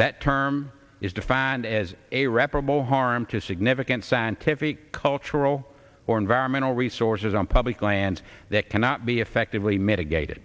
that term is defined as a reparable harm to significant scientific cultural or environmental resources on public land that cannot be effectively mitigated